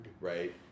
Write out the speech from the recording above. Right